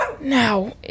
Now